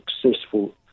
successful